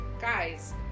guys